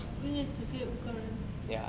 因为那个只可以五个人